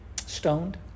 Stoned